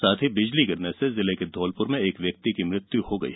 साथ ही बिजली गिरने से जिले के धौलपुर में एक व्यक्ति की मृत्यु हो गयी